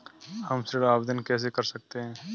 हम ऋण आवेदन कैसे कर सकते हैं?